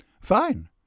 Fine